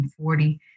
1940